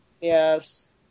Yes